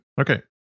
Okay